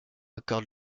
accorde